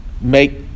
make